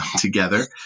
together